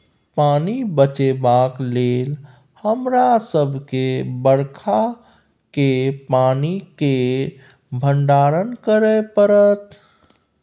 पानि बचेबाक लेल हमरा सबके बरखा केर पानि केर भंडारण करय परत